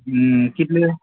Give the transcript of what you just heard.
कितले